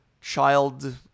child